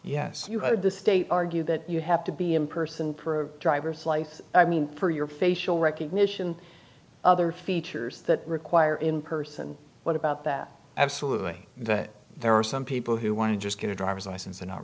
yes you heard the state argue that you have to be in person per driver's life i mean for your facial recognition other features that require in person what about that absolutely that there are some people who want to just get a driver's license